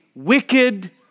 Wicked